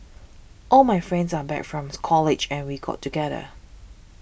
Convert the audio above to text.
all my friends are back from's college and we got together